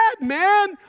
man